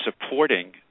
supporting